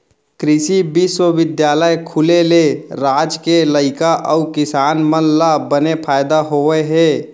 कृसि बिस्वबिद्यालय खुले ले राज के लइका अउ किसान मन ल बने फायदा होय हे